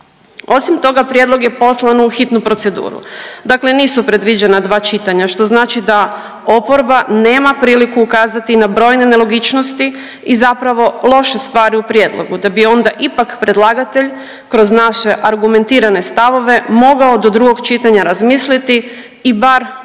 Osim toga prijedlog je poslan u hitnu proceduru. Dakle, nisu predviđena dva čitanja što znači da oporba nema priliku ukazati na brojne nelogičnosti i zapravo loše stvari u prijedlogu da bi onda ipak predlagatelj kroz naše argumentirane stavove mogao do drugog čitanja razmisliti i bar uvažiti